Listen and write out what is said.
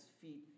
feet